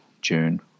June